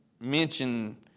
mention